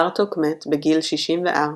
בארטוק מת בגיל 64,